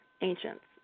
ancients